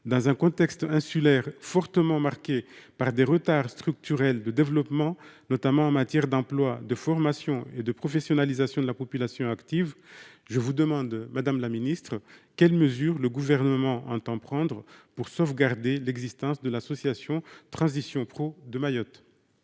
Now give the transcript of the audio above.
dans un contexte insulaire fortement marquée par des retards structurels de développement, notamment en matière d'emploi, de formation et de professionnalisation de la population active. Je vous demande Madame la Ministre, quelles mesures le gouvernement entend prendre pour sauvegarder l'existence de l'association transition pro de Mayotte.